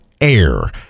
air